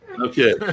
Okay